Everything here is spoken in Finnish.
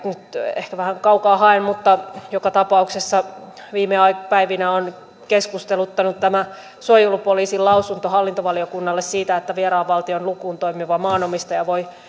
ehkä vähän kaukaa haen mutta joka tapauksessa viime päivinä on keskusteluttanut suojelupoliisin lausunto hallintovaliokunnalle siitä että vieraan valtion lukuun toimiva maanomistaja voi